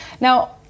Now